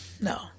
no